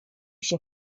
się